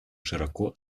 широко